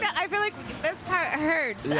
i feel like this part hurts. and